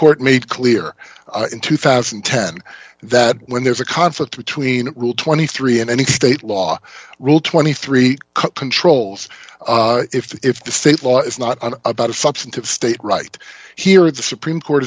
court made clear in two thousand and ten that when there's a conflict between rule twenty three and any state law rule twenty three controls if the state law is not about a substantive state right here at the supreme court